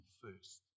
first